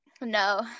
no